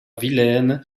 vilaine